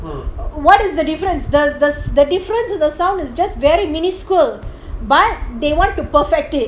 what is the difference the the the difference in the sum is just very miniscule but they want to perfect it